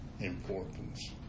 importance